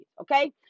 okay